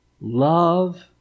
Love